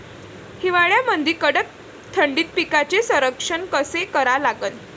हिवाळ्यामंदी कडक थंडीत पिकाचे संरक्षण कसे करा लागन?